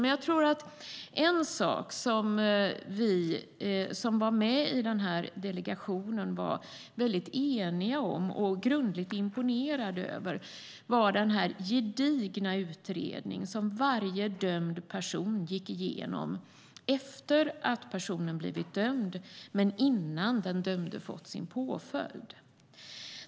Men en sak som jag tror att vi som var med i delegationen var eniga om och grundligt imponerade av var den gedigna utredning som varje dömd person gick igenom efter det att personen blivit dömd men innan den dömde fått sin påföljd.